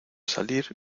salir